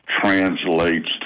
translates